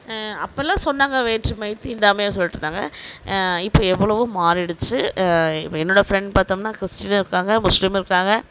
அப்போலாம் சொன்னாங்க வேற்றுமை தீண்டாமை சொல்லிகிட்டு இருந்தாங்க இப்போ எவ்வளவோ மாறிடுச்சு இப்போ என்னோடய ஃப்ரண்ட் பார்த்தம்னா கிறிஸ்டீனும் இருக்காங்க முஸ்லீமும் இருக்காங்க